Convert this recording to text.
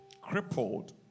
crippled